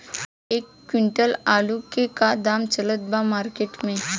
एक क्विंटल आलू के का दाम चलत बा मार्केट मे?